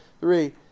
Three